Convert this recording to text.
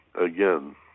again